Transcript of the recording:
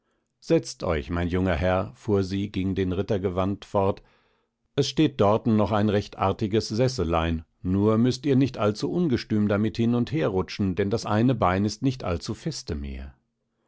setzt euch mein junger herr fuhr sie gegen den ritter gewandt fort es steht dorten noch ein recht artiges sesselein nur müßt ihr nicht allzu ungestüm damit hin und her rutschen denn das eine bein ist nicht allzu feste mehr